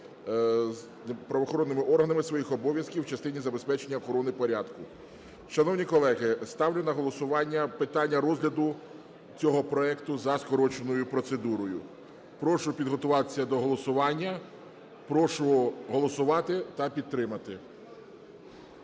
правоохоронними органами своїх обов'язків в частині забезпечення охорони правопорядку. Шановні колеги, ставлю на голосування питання розгляду цього проекту за скороченою процедурою. Прошу підготуватися до голосування. Прошу голосувати та підтримати.